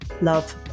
love